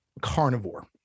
carnivore